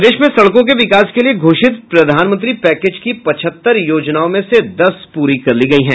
प्रदेश में सड़कों के विकास के लिए घोषित प्रधानमंत्री पैकेज की पचहत्तर योजनाओं में से दस पूरी कर ली गई हैं